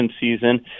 season